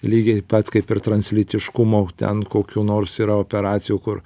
lygiai pat kaip ir translytiškumo ten kokių nors yra operacijų kur